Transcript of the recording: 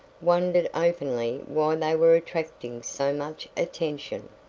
wondered openly why they were attracting so much attention.